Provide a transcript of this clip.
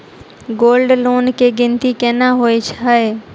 Gold loan केँ गिनती केना होइ हय?